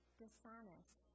dishonest